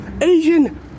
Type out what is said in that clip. Asian